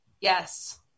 Yes